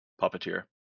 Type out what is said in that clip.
Puppeteer